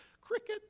Cricket